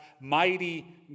mighty